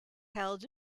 held